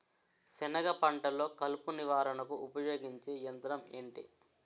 సెనగ పంటలో కలుపు నివారణకు ఉపయోగించే యంత్రం ఏంటి?